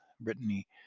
Brittany